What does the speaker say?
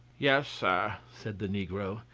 yes, sir, said the negro,